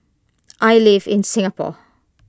I live in Singapore